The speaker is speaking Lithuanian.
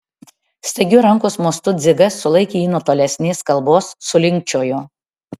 staigiu rankos mostu dzigas sulaikė jį nuo tolesnės kalbos sulinkčiojo